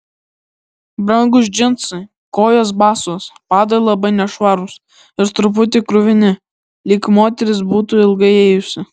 brangūs džinsai kojos basos padai labai nešvarūs ir truputį kruvini lyg moteris būtų ilgai ėjusi